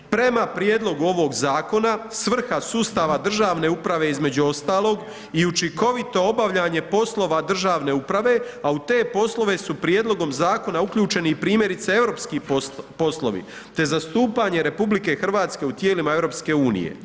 Prema prijedlogu ovog zakona, svrha sustava državne uprave između ostalog i učinkovito obavljanje poslova državne uprave, a u te poslove su prijedlogom zakona uključeni i primjerice europski poslovi, te zastupanje RH u tijelima EU.